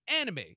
anime